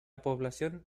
población